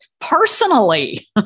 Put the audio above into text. personally